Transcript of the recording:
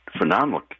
phenomenal